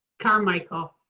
carmichael.